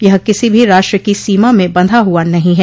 यह किसी भी राष्ट्र की सीमा में बंधा हुआ नहीं है